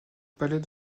palais